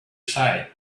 side